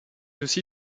aussi